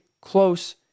close